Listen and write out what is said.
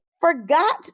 forgot